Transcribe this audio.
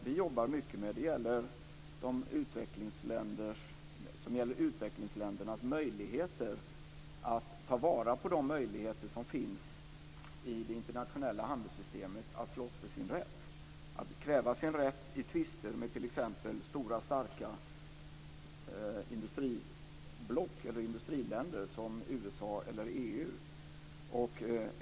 Vi jobbar mycket med utvecklingsländernas chanser att ta vara på de möjligheter som finns i det internationella handelssystemet att slåss för sin rätt, att kräva sin rätt i tvister med t.ex. stora starka industriblock eller industriländer som USA eller EU.